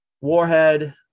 warhead